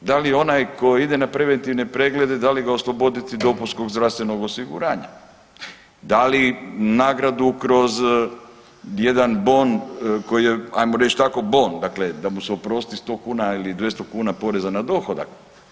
Da li onaj tko ide na preventivne preglede da li ga osloboditi dopunskog zdravstvenog osiguranja, da li nagradu kroz jedan bon koji je hajmo reći bon, dakle da mu se oprosti sto kuna ili 200 kuna poreza na dohodak.